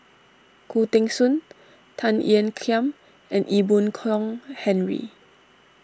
Khoo Teng Soon Tan Ean Kiam and Ee Boon Kong Henry